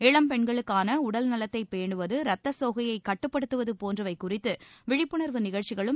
இளம் பெண்களுக்கான உடல்நலத்தை பேணுவது ரத்த சோகையை கட்டுப்படுத்துவது போன்றவை குறித்து விழிப்புனர்வு நிகழ்ச்சிகளும்